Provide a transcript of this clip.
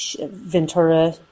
Ventura